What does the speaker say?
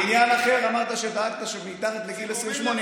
בעניין אחר אמרת שדאגת שמתחת לגיל 28,